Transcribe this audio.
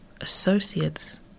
Associates